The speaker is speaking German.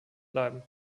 bleiben